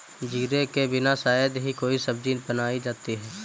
जीरे के बिना शायद ही कोई सब्जी बनाई जाती है